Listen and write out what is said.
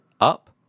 up